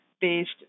based